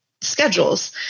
schedules